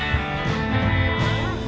and